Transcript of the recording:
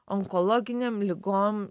onkologinėm ligom